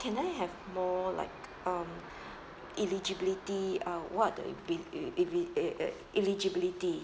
can I have more like um eligibility uh what eligibility